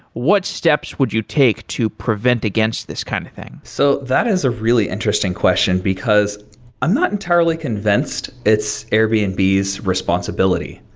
what steps would you take to prevent against this kind of thing? so that is a really interesting question, because i'm not entirely convinced it's airbnb's responsibility.